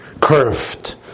curved